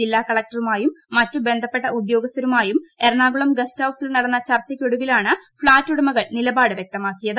ജില്ലാകളക്ടറു മായും മറ്റ് ബന്ധപ്പെട്ട ഉദ്യോഗസ്ഥരുമായും എറണാകുളം ഗസ്റ്റ് ഹൌസിൽ നടന്ന ചർച്ചക്കൊടുവിലാണ് ഫ്ളാറ്റുടമകൾ നിലപാട് വ്യക്തമാക്കിയത്